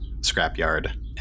scrapyard